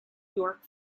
york